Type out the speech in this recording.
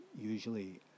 usually